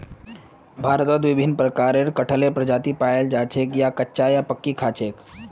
भारतत कटहलेर विभिन्न प्रजाति पाल जा छेक याक कच्चा या पकइ खा छेक